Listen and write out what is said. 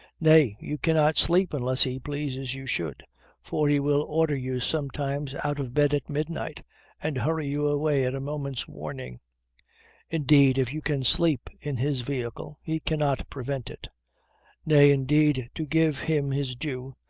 nay, you cannot sleep unless he pleases you should for he will order you sometimes out of bed at midnight and hurry you away at a moment's warning indeed, if you can sleep in his vehicle he cannot prevent it nay, indeed, to give him his due,